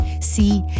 See